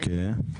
אוקיי.